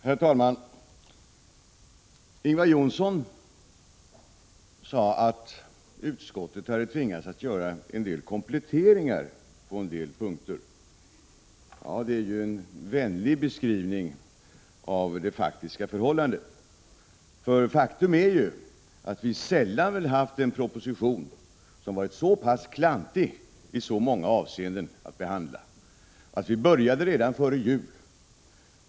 Herr talman! Ingvar Johnsson sade att utskottet tvingats göra en del kompletteringar på några punkter. Det är en vänlig beskrivning av det faktiska förhållandet. Faktum är ju att vi sällan haft att behandla en proposition som varit så pass klantig i så många avseenden. Vi började behandla propositionen redan före jul.